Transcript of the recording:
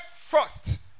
first